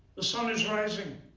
the sun is rising.